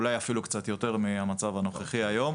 ואולי אפילו קצת יותר מהמצב הנוכחי היום.